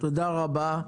תודה רבה.